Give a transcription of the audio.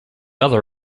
other